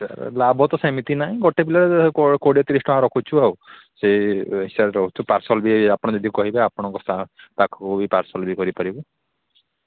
ସାର ଲାଭ ତ ସେମିତି ନାହିଁ ଗୋଟେ ପିଲା କୋଡ଼ିଏ ତିରିଶ ଟଙ୍କା ରଖୁଛୁ ଆଉ ସେ ସିୟାଡ଼େ ରହୁଛୁ ପାର୍ସଲ ବି ଆପଣ ଯଦି କହିବେ ଆପଣଙ୍କ ପାଖକୁ ବି ପାର୍ସଲ କରିପାରିବୁ